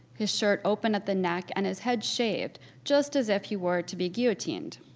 his shirt open at the neck and his head shaved just as if he were to be guillotined.